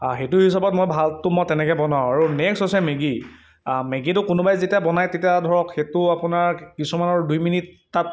সেইটো হিচাপত মই ভালটো মই তেনেকে বনাওঁ আৰু নেক্সট হৈছে মেগি মেগীটো কোনোবাই যেতিয়া বনায় তেতিয়া ধৰক সেইটো আপোনাৰ কিছুমানৰ দুই মিনিট তাত